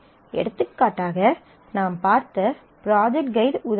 எடுத்துக்காட்டாக நாம் பார்த்த ப்ராஜெக்ட் ஃகைட் உதாரணம்